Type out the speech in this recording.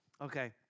Okay